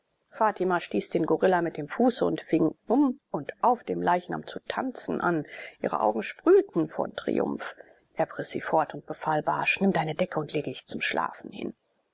fatima stieß den gorilla mit dem fuße und fing um und auf dem leichnam zu tanzen an ihre augen sprühten von triumph erb riß sie fort und befahl barsch nimm deine decke und lege dich zum schlafen hin